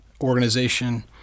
organization